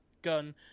gun